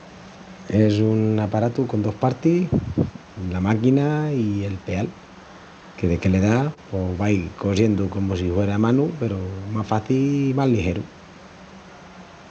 Es un aparatu con dos partis, la máquina i el peal que, deque le das, pos vai cosiendu comu si huera a manu peru más faci i más ligeru.